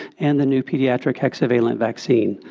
and the new pediatric hexavalent vaccine.